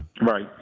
right